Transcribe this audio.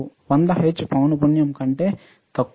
100 hertz పౌనపున్యం కంటే తక్కువ